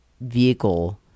vehicle